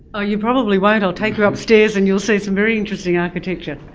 ah you probably won't. i'll take you upstairs and you'll see some very interesting architecture.